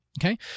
okay